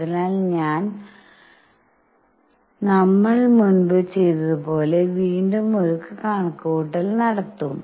അതിനാൽ ഞങ്ങൾ മുമ്പ് ചെയ്തതുപോലെ വീണ്ടും ഒരു കണക്കുകൂട്ടൽ നടത്തും